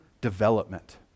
development